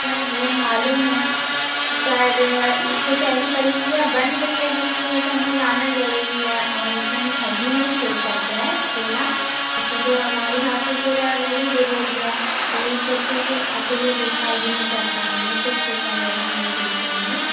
sir वो मालूम है पर ये कुछ ऐसी परिस्थियाँ बन गई है जिसकी वजह से हमें जाना ज़रूरी है और वैसे हम घर भी नहीं छोड़ सकते हैं अकेला क्योंकि जो हमारे सास ससुर हैं वो भी बुज़ुर्ग हैं तो वो उस बच्चे के अकेले देख भाल भी नहीं कर पाएंगे उसे स्कूल वग़ैरह नहीं भेज पाएंगे